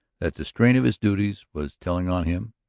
that the strain of his duties was telling on him,